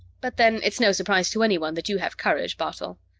but then, it's no surprise to anyone that you have courage, bartol.